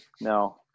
no